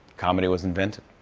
comedy was invented.